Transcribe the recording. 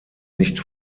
nicht